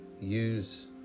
use